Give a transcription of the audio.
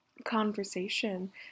conversation